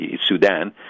Sudan